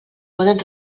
poden